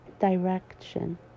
direction